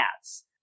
cats